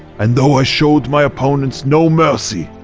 and though i showed my opponents no mercy,